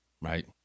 Right